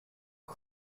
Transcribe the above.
och